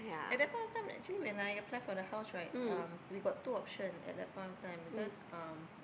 at that point of time actually when I apply for the house right um we got two option at that point of time because um